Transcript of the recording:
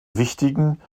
wichtigen